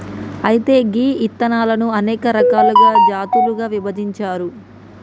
అయితే గీ ఇత్తనాలను అనేక రకాలుగా జాతులుగా విభజించారు